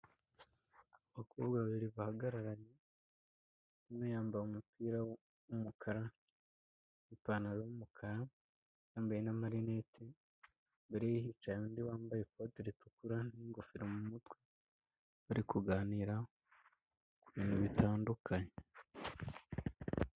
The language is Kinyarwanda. Abakobwa babiri bahagaranye umwe yambaye umupira w'umukara n'ipantaro y'umukara, yambaye n'amarineti, imbere yicaye undi wambaye ikote ritukura n'ingofero mu mutwe bari kuganira ku bintu bitandukanye.